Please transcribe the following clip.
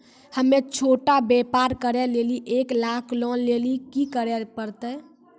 हम्मय छोटा व्यापार करे लेली एक लाख लोन लेली की करे परतै?